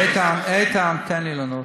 איתן, איתן, תן לי לענות.